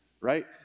right